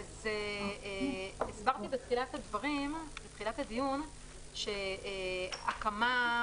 הסברתי בתחילת הדיון שהקמה,